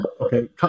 okay